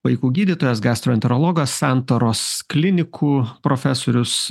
vaikų gydytojas gastroenterologas santaros klinikų profesorius